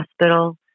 hospital